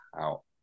out